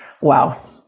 Wow